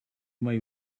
may